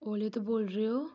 ਓਲੇ ਤੋਂ ਬੋਲ ਰਹੇ ਹੋ